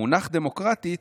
המונח "דמוקרטית",